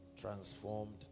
transformed